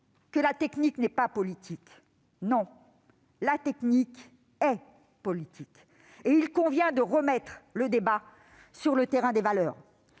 que la technique ne serait pas politique. En effet, la technique est bien politique, et il convient de remettre le débat sur le terrain des valeurs.